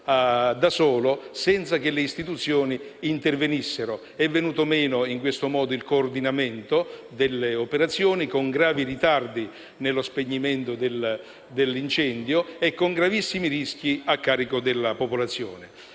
solo, senza che le istituzioni intervenissero. È venuto meno, in questo modo, il coordinamento delle operazioni, con gravi ritardi nello spegnimento dell'incendio e con gravissimi rischi a carico della popolazione.